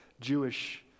Jewish